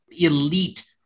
elite